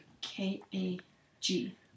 K-A-G